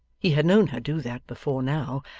he had known her do that, before now,